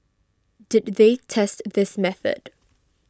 did they test this method